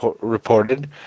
reported